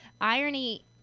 irony